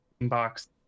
box